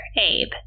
Abe